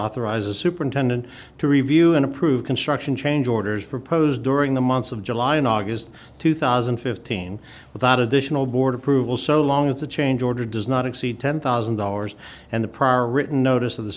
authorize a superintendent to review and approve construction change orders proposed during the months of july and august two thousand and fifteen without additional board approval so long as the change order does not exceed ten thousand dollars and the prior written notice of the